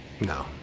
No